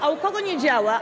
A u kogo nie działa?